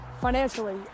financially